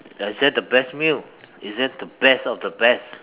ya is that the best meal is that the best of the best